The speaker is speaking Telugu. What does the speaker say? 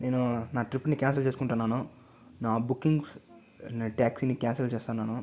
నేను నా ట్రిప్ ని క్యాన్సిల్ చేసుకుంటున్నాను నా బుకింగ్స్ నేను ట్యాక్సీ ని క్యాన్సిల్ చేస్తన్నాను